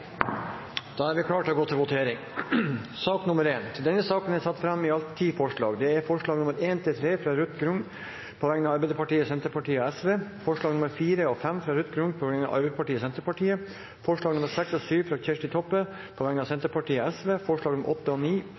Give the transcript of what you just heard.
Da er Stortinget klar til å gå til votering. Under debatten er det satt fram i alt ti forslag. Det er forslagene nr. 1–3, fra Ruth Grung på vegne av Arbeiderpartiet, Senterpartiet og Sosialistisk Venstreparti forslagene nr. 4 og 5, fra Ruth Grung på vegne av Arbeiderpartiet og Senterpartiet forslagene nr. 6 og 7, fra Kjersti Toppe på vegne av Senterpartiet og Sosialistisk Venstreparti forslagene nr. 8 og 9, fra Kjersti Toppe på vegne av Senterpartiet forslag